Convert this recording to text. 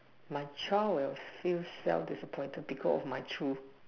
my child will feel self disappointed because of my truth